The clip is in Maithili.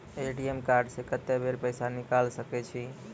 ए.टी.एम कार्ड से कत्तेक बेर पैसा निकाल सके छी?